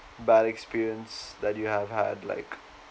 bad experience that you have had like